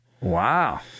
Wow